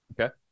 Okay